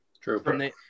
True